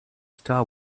star